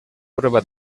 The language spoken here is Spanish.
prueba